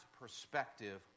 perspective